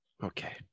Okay